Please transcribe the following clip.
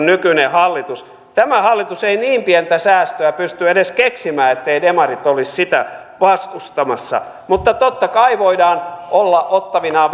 nykyinen hallitus tämä hallitus ei niin pientä säästöä pysty edes keksimään etteivät demarit olisi sitä vastustamassa mutta totta kai voidaan olla ottavinaan